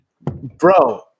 bro